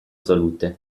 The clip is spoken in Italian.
salute